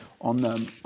on